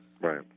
Right